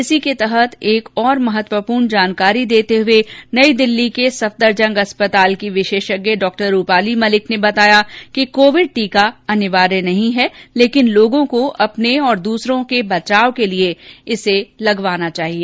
इसी के तहत एक और महत्वपूर्ण जानकारी देते हुये नई दिल्ली के सफदरजंग अस्पताल की विशेषज्ञ डॉ रूपाली मलिक ने बताया कि कोविड़ टीका अनिवार्य नहीं है पर लोगों को अपने और दूसरों के बचाव के लिये इसे लगवाना चाहिए